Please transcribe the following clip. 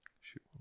Shoot